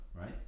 right